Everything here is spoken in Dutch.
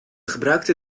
gebruikte